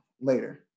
later